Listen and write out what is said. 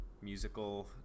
musical